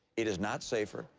it is not safer.